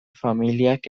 familiak